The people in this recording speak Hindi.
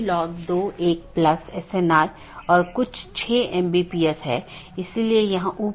इसलिए मैं एकल प्रविष्टि में आकस्मिक रूटिंग विज्ञापन कर सकता हूं और ऐसा करने में यह मूल रूप से स्केल करने में मदद करता है